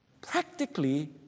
Practically